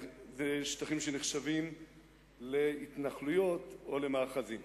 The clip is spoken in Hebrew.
אלה שטחים שנחשבים להתנחלויות או למאחזים.